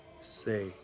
say